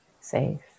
safe